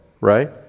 right